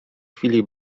chwili